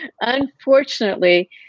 Unfortunately